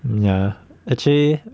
ya actually